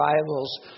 Bibles